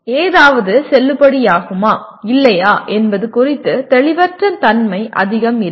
ஏதாவது செல்லுபடியாகுமா இல்லையா என்பது குறித்து தெளிவற்ற தன்மை அதிகம் இல்லை